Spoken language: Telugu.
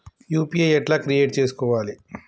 యూ.పీ.ఐ ఎట్లా క్రియేట్ చేసుకోవాలి?